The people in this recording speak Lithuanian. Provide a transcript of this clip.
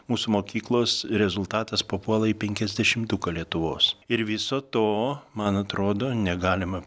mūsų mokyklos rezultatas papuola į penkiasdešimtuką lietuvos ir viso to man atrodo negalima